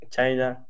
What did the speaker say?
China